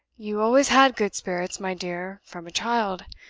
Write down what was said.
you always had good spirits, my dear, from a child.